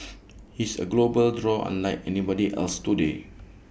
he's A global draw unlike anybody else today